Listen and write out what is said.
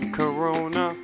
corona